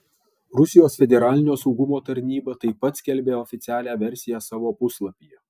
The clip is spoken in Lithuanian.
rusijos federalinio saugumo tarnyba taip pat skelbia oficialią versiją savo puslapyje